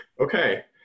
Okay